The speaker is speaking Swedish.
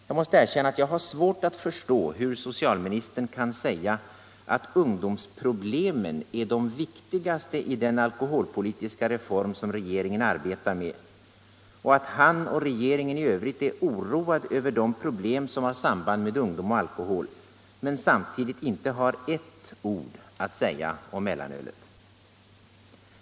Jag måste erkänna att jag har svårt att förstå hur socialministern kan säga att ungdomsproblemen är de viktigaste i den alkoholpolitiska reform som regeringen arbetar med och att han och regeringen i övrigt är oroad över de problem som har samband med ungdom och alkohol, och samtidigt inte har ett ord att säga om mellanölet.